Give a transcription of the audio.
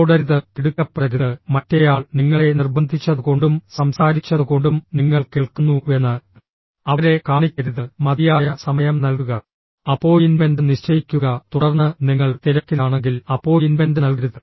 ഓടരുത് തിടുക്കപ്പെടരുത് മറ്റേയാൾ നിങ്ങളെ നിർബന്ധിച്ചതുകൊണ്ടും സംസാരിച്ചതുകൊണ്ടും നിങ്ങൾ കേൾക്കുന്നുവെന്ന് അവരെ കാണിക്കരുത് മതിയായ സമയം നൽകുക അപ്പോയിന്റ്മെന്റ് നിശ്ചയിക്കുക തുടർന്ന് നിങ്ങൾ തിരക്കിലാണെങ്കിൽ അപ്പോയിന്റ്മെന്റ് നൽകരുത്